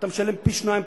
אתה משלם פי-שניים,